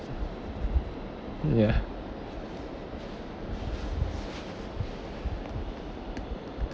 ya